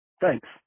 Thanks